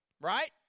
Right